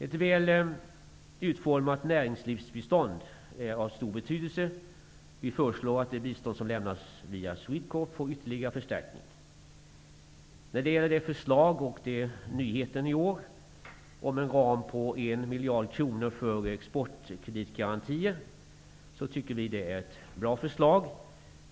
Ett väl utformat näringslivsbistånd är av stor betydelse. Vi föreslår att det bistånd som lämnas via Swedecorp får ytterligare förstärkning. När det gäller förslaget och nyheten i år om en ram på 1 miljard kronor för exportkreditgarantier, anser vi att det är ett bra förslag.